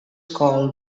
called